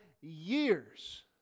years